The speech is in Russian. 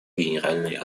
генеральной